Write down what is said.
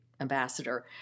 ambassador